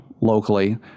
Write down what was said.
locally